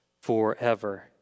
forever